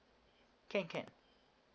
can can